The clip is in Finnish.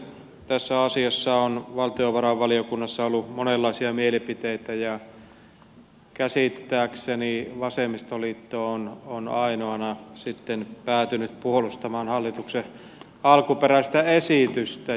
tästä asiasta on valtiovarainvaliokunnassa ollut monenlaisia mielipiteitä ja käsittääkseni vasemmistoliitto on ainoana sitten päätynyt puolustamaan hallituksen alkuperäistä esitystä